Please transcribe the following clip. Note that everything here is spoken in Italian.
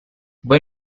voi